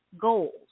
goals